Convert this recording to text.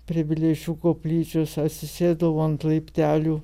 prie vileišių koplyčios atsisėdau ant laiptelių